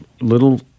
little